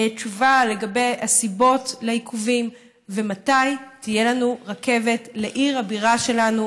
תשובה לגבי הסיבות לעיכובים ומתי תהיה לנו רכבת לעיר הבירה שלנו,